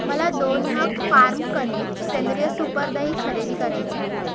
मला दोन नग फार्म कनेक्ट सेंद्रिय सुपर दही खरेदी करायचे आहे